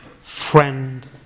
friend